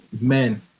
men